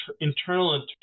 internal